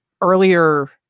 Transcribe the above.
earlier